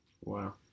Wow